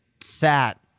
sat